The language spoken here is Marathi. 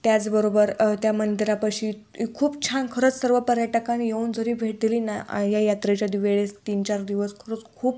त्याचबरोबर त्या मंदिरापाशी खूप छान खरंच सर्व पर्यटकांनी येऊन जरी भेट दिली ना या यात्रेच्या दिव वेळेस तीन चार दिवस खरंच खूप